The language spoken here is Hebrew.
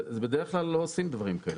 זה בדרך כלל לא עושים דברים כאלה.